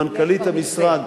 מנכ"לית המשרד,